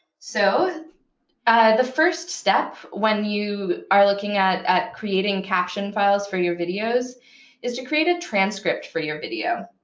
so the first step when you are looking at at creating caption files for your videos is to create a transcript for your video.